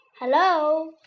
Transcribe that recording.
Hello